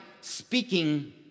speaking